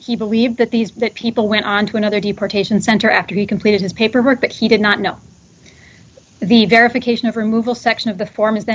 he believed that these people went on to another deportation center after he completed his paperwork but he did not know the verification of removal section of the form is tha